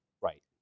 right